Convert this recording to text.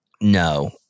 No